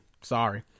sorry